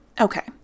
Okay